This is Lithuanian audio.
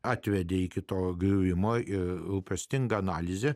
atvedė iki to griuvimo ir rūpestingą analizę